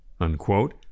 Unquote